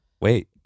Wait